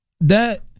That-